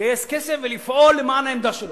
לגייס כסף ולפעול למען העמדה שלו.